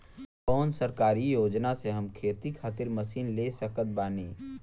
कौन सरकारी योजना से हम खेती खातिर मशीन ले सकत बानी?